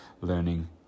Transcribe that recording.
learning